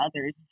others